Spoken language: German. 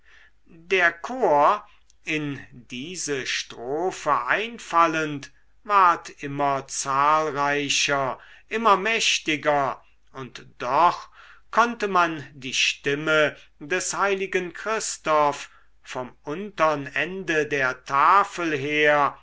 der chor in diese strophe einfallend ward immer zahlreicher immer mächtiger und doch konnte man die stimme des heiligen christoph vom untern ende der tafel her